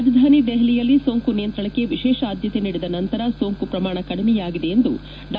ರಾಜಧಾನಿ ದೆಹಲಿಯಲ್ಲಿ ಸೋಂಕು ನಿಯಂತ್ರಣಕ್ಕೆ ವಿಶೇಷ ಆದ್ನತೆ ನೀಡಿದ ನಂತರ ಸೋಂಕು ಪ್ರಮಾಣ ಕಡಿಮೆಯಾಗಿದೆ ಎಂದು ಡಾ